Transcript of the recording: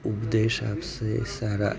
ઉપદેશ આપશે સારા